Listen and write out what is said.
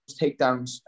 takedowns